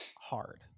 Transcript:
hard